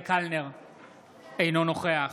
אינו נוכח